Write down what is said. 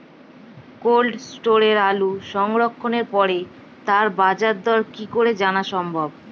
Cold স্টোরে আলু সংরক্ষণের পরে তার বাজারদর কি করে জানা সম্ভব?